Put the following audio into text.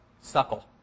suckle